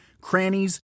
crannies